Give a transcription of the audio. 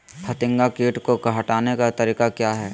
फतिंगा किट को हटाने का तरीका क्या है?